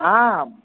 आम्